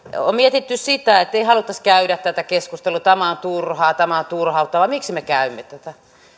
on mietitty sitä että ei haluttaisi käydä tätä keskustelua tämä on turhaa tämä on turhauttavaa miksi me käymme tätä